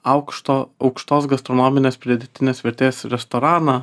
aukšto aukštos gastronominės pridėtinės vertės restoraną